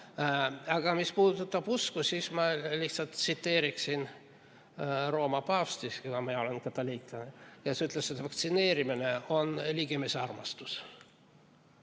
Aga mis puudutab usku, siis ma lihtsalt tsiteeriksin Rooma paavsti – kuna mina olen katoliiklane –, kes ütles, et vaktsineerimine on ligimesearmastus.